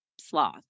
sloth